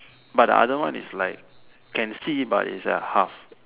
but the other one is like can see but is a half